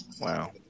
Wow